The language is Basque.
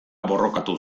borrokatu